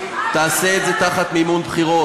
תעשה את זה תחת מימון בחירות.